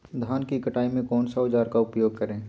धान की कटाई में कौन सा औजार का उपयोग करे?